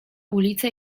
ulice